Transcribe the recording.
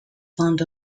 fond